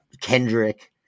Kendrick